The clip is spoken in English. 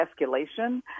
escalation